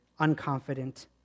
unconfident